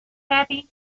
kathie